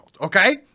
Okay